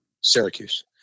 Syracuse